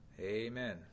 Amen